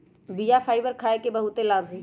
बीया फाइबर खाय के बहुते लाभ हइ